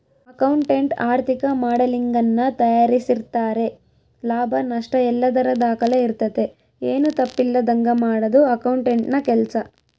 accountant ಆರ್ಥಿಕ ಮಾಡೆಲಿಂಗನ್ನ ತಯಾರಿಸ್ತಾರೆ ಲಾಭ ನಷ್ಟಯಲ್ಲದರ ದಾಖಲೆ ಇರ್ತತೆ, ಏನು ತಪ್ಪಿಲ್ಲದಂಗ ಮಾಡದು ಅಕೌಂಟೆಂಟ್ನ ಕೆಲ್ಸ